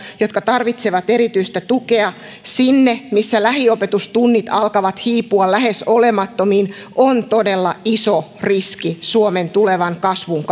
jotka tarvitsevat erityistä tukea sinne missä lähiopetustunnit alkavat hiipua lähes olemattomiin on todella iso riski suomen tulevan kasvun